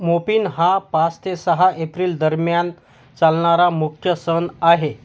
मोपीन हा पास ते सहा एप्रिल दरम्यान चालणारा मुख्य सण आहे